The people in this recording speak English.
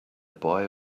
boy